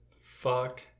fuck